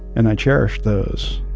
and i cherished those.